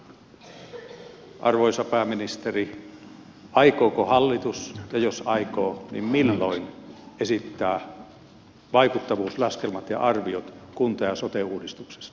arvoisa pääministeri aikooko hallitus ja jos aikoo niin milloin esittää vaikuttavuuslaskelmat ja arviot kunta ja sote uudistuksesta